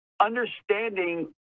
understanding